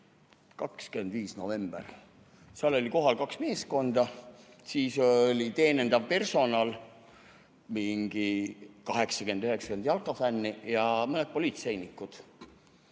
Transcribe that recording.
jalgpallimäng. Seal oli kohal kaks meeskonda, siis oli teenindav personal, 80–90 jalkafänni ja mõned politseinikud.